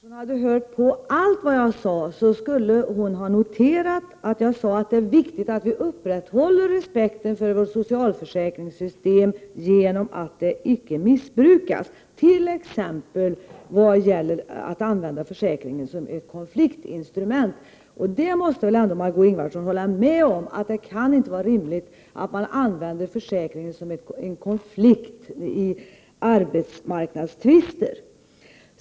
Herr talman! Om Marg6ö Ingvardsson hade hört på allt vad jag sade, hade hon noterat att jag sade att det är viktigt att upprätthålla respekten för vårt socialförsäkringssystem genom att det icke missbrukas, t.ex. när man använder försäkringen som ett konfliktinstrument. Margé Ingvardsson måste väl ändå hålla med om att det inte kan vara rimligt att använda försäkringen vid arbetsmarknadstvister?